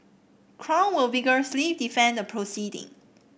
crown will vigorously defend the proceeding